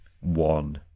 One